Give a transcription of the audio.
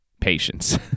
patience